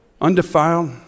undefiled